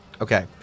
Okay